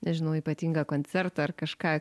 nežinau ypatingą koncertą ar kažką